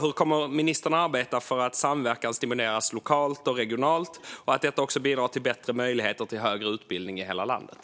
Hur kommer ministern att arbeta för att samverkan stimuleras lokalt och regionalt och att detta också bidrar till bättre möjligheter till högre utbildning i hela landet?